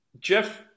Jeff